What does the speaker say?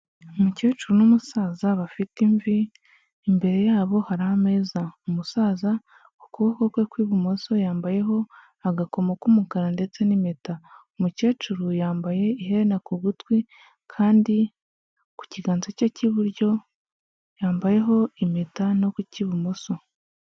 Umukecuru n'umusaza bafite imvi, imbere yabo hari ameza, umusaza mu kuboko kwe kw'ibumoso yambayeho agakomo k'umukara ndetse n'impeta, umukecuru yambaye iherena ku gutwi kandi ku kiganza cye cy'iburyo yambayeho impeta no ku k'ibumoso.